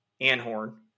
Anhorn